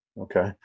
Okay